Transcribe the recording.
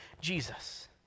Jesus